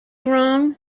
wrong